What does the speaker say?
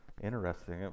interesting